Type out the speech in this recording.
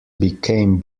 became